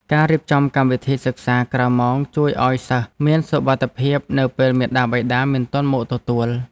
ការរៀបចំកម្មវិធីសិក្សាក្រៅម៉ោងជួយឱ្យសិស្សមានសុវត្ថិភាពនៅពេលមាតាបិតាមិនទាន់មកទទួល។